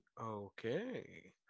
Okay